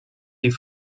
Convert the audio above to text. die